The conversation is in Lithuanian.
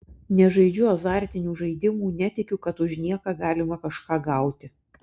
nežaidžiu azartinių žaidimų netikiu kad už nieką galima kažką gauti